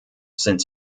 sind